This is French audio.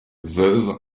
veuve